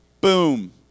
boom